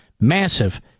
massive